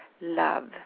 love